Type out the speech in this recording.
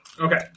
Okay